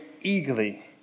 eagerly